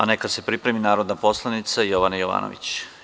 Neka se pripremi narodna poslanica Jovana Jovanović.